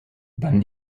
wann